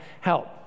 help